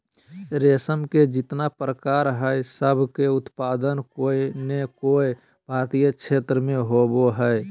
रेशम के जितना प्रकार हई, सब के उत्पादन कोय नै कोय भारतीय क्षेत्र मे होवअ हई